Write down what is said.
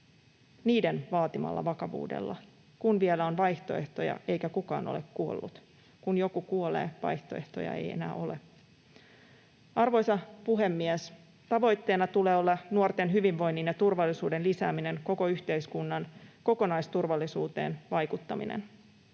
niiden vaatimalla vakavuudella, kun vielä on vaihtoehtoja eikä kukaan ole kuollut. Kun joku kuolee, vaihtoehtoja ei enää ole. Arvoisa puhemies! Tavoitteena tulee olla nuorten hyvinvoinnin ja turvallisuuden lisääminen, koko yhteiskunnan kokonaisturvallisuuteen vaikuttaminen.